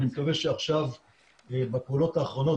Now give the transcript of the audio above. אני מקווה שעכשיו בפעולות האחרונות,